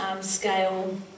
scale